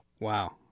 Wow